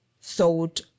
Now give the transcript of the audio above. thought